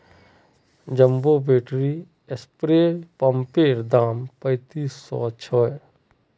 jumbo battery spray पंपैर दाम पैंतीस सौ छे